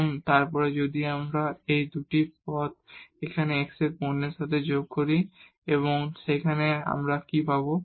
এবং তারপর যদি আমরা এই 2 টি পদ এখানে x এর পণ্যের সাথে যোগ করি এবং সেখানে আমরা কি পাব